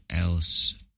else